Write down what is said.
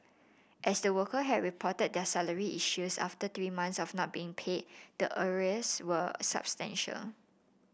as the worker had reported their salary issues after three months of not being paid the arrears were substantial